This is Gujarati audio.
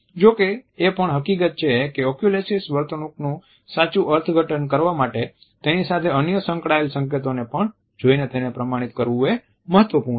જો કે એ પણ હકીકત છે કે ઓક્યુલેસીક્સ વર્તણૂકનું સાચું અર્થઘટન કરવા માટે તેની સાથે અન્ય સંકળાયેલ સંકેતોને પણ જોઈને તેને પ્રમાણિત કરવું મહત્વપૂર્ણ છે